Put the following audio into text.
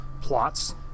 plots